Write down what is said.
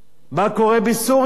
מה קורה בסוריה?